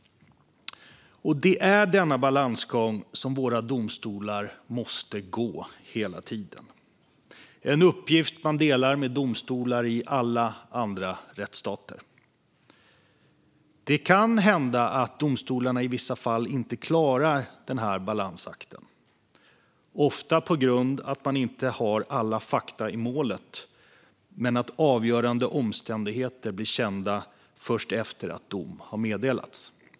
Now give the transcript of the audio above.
Det är denna balansgång som våra domstolar hela tiden måste gå. Det är en uppgift man delar med domstolar i alla rättsstater. Det kan i vissa fall hända att domstolarna inte klarar denna balansakt, ofta på grund av att man inte har alla fakta i målet eller att avgörande omständigheter blir kända först efter att dom har meddelats.